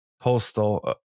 Postal